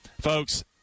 Folks